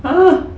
!huh!